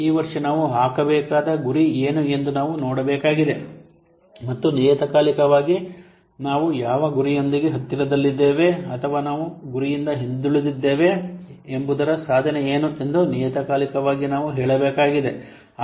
ಈ ವರ್ಷ ನಾವು ಹಾಕಬೇಕಾದ ಗುರಿ ಏನು ಎಂದು ನಾವು ನೋಡಬೇಕಾಗಿದೆ ಮತ್ತು ನಿಯತಕಾಲಿಕವಾಗಿ ನಾವು ಯಾವ ಗುರಿಯೊಂದಿಗೆ ಹತ್ತಿರದಲ್ಲಿದ್ದೇವೆ ಅಥವಾ ನಾವು ಗುರಿಯಿಂದ ಹಿಂದುಳಿದಿದ್ದೇವೆ ಎಂಬುದರ ಸಾಧನೆ ಏನು ಎಂದು ನಿಯತಕಾಲಿಕವಾಗಿ ನಾವು ಹೇಳಬೇಕಾಗಿದೆ